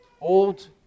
old